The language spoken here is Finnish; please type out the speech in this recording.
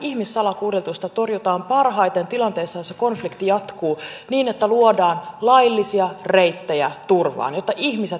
me tiedämme että tilanteessa jossa konflikti jatkuu ihmissalakuljetusta torjutaan parhaiten niin että luodaan laillisia reittejä turvaan jotta ihmiset pääsevät turvaan